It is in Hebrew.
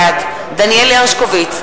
בעד דניאל הרשקוביץ,